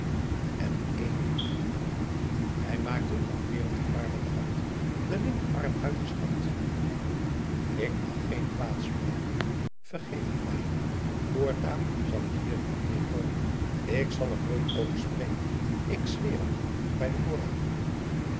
en die ééne hij maakte een afwerend gebaar met de hand den linkerarm uitgestrekt ik mag geen kwaad spreken vergeef het mij voortaan zal ik hier niet meer komen en ik zal er nooit over spreken ik zweer het u bij den koran